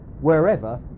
wherever